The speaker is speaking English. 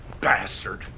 Bastard